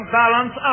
balance